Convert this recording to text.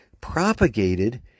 propagated